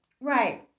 Right